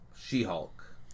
She-Hulk